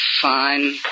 fine